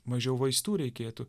mažiau vaistų reikėtų